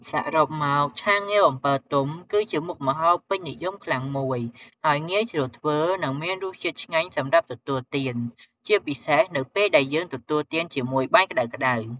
សរុបមក ឆាងាវអំពិលទុំ គឺជាមុខម្ហូបពេញនិយមខ្លាំងមួយ ហើយងាយស្រួលធ្វើ និងមានរសជាតិឆ្ងាញ់សម្រាប់ទទួលទាន ជាពិសេសនៅពេលដែលយើងទទួលទានជាមួយបាយក្ដៅៗ។